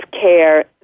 care